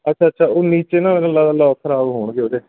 ਅੱਛਾ ਅੱਛਾ ਉਹ ਨੀਚੇ ਨਾ ਲੋ ਲੌਕ ਖ਼ਰਾਬ ਹੋਣਗੇ ਉਹਦੇ